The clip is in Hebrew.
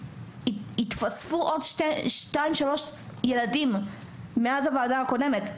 התווספו עוד שניים-שלושה ילדים מאז הוועדה הקודמת,